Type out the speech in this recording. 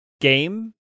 game